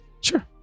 Sure